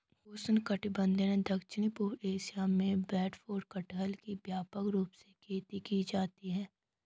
उष्णकटिबंधीय दक्षिण पूर्व एशिया में ब्रेडफ्रूट कटहल की व्यापक रूप से खेती की जाती है